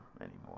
anymore